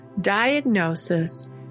diagnosis